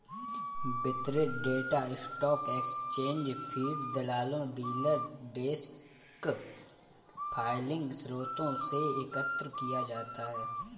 वितरित data stock exchange feed, दलालों, dealer desk filing स्रोतों से एकत्र किया जाता है